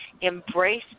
embrace